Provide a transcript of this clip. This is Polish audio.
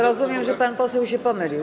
Rozumiem, że pan poseł się pomylił.